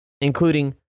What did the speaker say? including